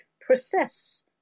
process